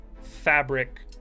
fabric